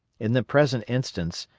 in the present instance,